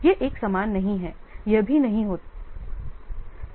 यह एक समान नहीं है यह भी नहीं है